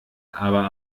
aber